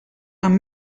amb